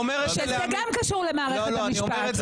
שזה גם קשור למערכת המשפט.